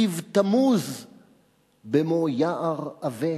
כבתמוז במו יער עבה".